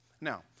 Now